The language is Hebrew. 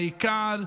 העיקר,